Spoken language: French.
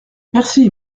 merci